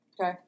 Okay